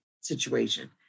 situation